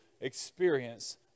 experience